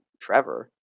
Trevor